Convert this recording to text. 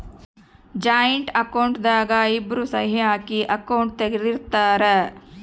joint account ದಾಗ ಇಬ್ರು ಸಹಿ ಹಾಕಿ ಅಕೌಂಟ್ ತೆಗ್ದಿರ್ತರ್